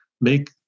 make